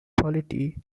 polity